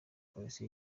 polisi